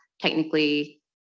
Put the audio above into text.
technically